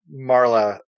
Marla